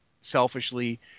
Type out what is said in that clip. selfishly